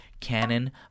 Canon